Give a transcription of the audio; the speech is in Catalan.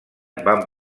van